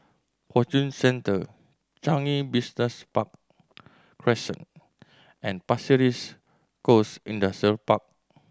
Fortune Centre Changi Business Park Crescent and Pasir Ris Coast Industrial Park